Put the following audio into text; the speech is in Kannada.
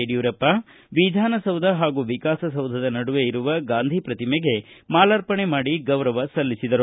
ಯಡಿಯೂರಪ್ಪ ವಿಧಾನಸೌಧ ಹಾಗೂ ವಿಕಾಸಸೌಧದ ನಡುವೆ ಇರುವ ಗಾಂಧಿ ಪ್ರತಿಮೆಗೆ ಮಾಲಾರ್ಪಣೆ ಮಾಡಿ ಗೌರವ ಸಲ್ಲಿಸಿದರು